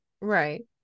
Right